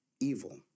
evil